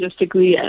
logistically